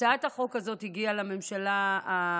הצעת החוק הזאת הגיעה לממשלה הקודמת,